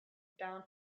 down